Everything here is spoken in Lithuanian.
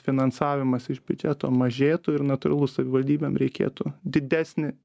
finansavimas iš biudžeto mažėtų ir natūralu savivaldybėm reikėtų didesnį